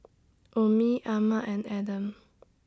Ummi Ahmad and Adam